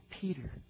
Peter